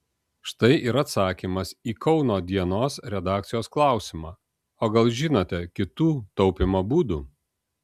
štai ir atsakymas į kauno dienos redakcijos klausimą o gal žinote kitų taupymo būdų